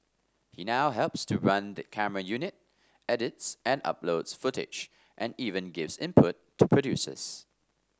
he now helps to run the camera unit edits and uploads footage and even gives input to producers